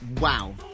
wow